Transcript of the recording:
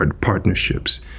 partnerships